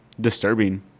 disturbing